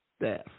staff